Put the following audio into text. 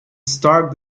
stark